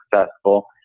successful